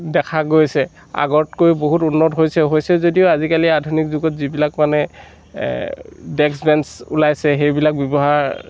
দেখা গৈছে আগতকৈ বহুত উন্নত হৈছে হৈছে যদিও আজিকালি আধুনিক যুগত যিবিলাক মানে ডেস্ক বেঞ্চ ওলাইছে সেইবিলাক ব্যৱহাৰ